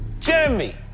Jimmy